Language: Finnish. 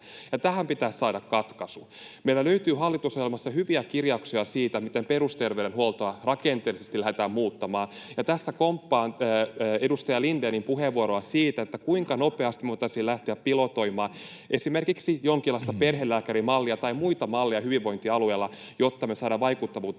tähän pitäisi saada katkaisu. Meillä löytyy hallitusohjelmassa hyviä kirjauksia siitä, miten perusterveydenhuoltoa rakenteellisesti lähdetään muuttamaan. Tässä komppaan edustaja Lindénin puheenvuoroa siitä, kuinka nopeasti voitaisiin lähteä pilotoimaan esimerkiksi jonkinlaista perhelääkärimallia tai muita malleja hyvinvointialueilla, jotta me saadaan vaikuttavuutta